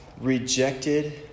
rejected